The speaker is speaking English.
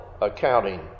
accounting